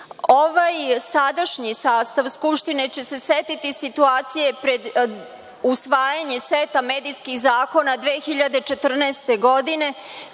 sadašnji sastav Skupštine će se setiti situacije pred usvajanje seta medijskih zakona 2014. godine